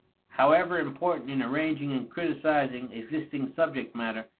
however important in arranging and criticizing existing subject matter,